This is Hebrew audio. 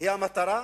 היא המטרה,